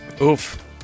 Oof